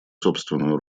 собственную